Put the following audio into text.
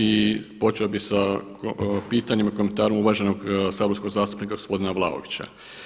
i počeo bi sa pitanjem i komentarom uvaženog saborskog zastupnika gospodina Vlaovića.